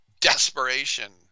desperation